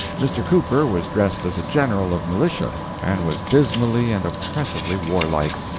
mr. cooper was dressed as a general of militia, and was dismally and oppressively warlike.